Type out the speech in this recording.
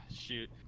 Shoot